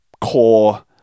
core